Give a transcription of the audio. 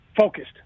Focused